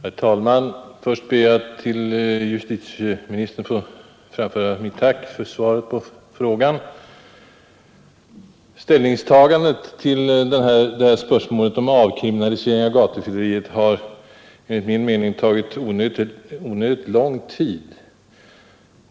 Herr talman! Först ber jag att till justitieministern få framföra mitt tack för svaret på frågan. Ställningstagandet till spörsmålet om avkriminalisering av gatufylleriet har enligt min mening tagit onödigt lång tid.